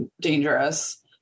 dangerous